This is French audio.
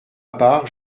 part